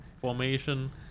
formation